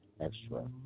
extra